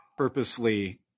purposely